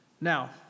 Now